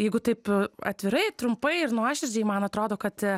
jeigu taip atvirai trumpai ir nuoširdžiai man atrodo kad